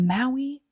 Maui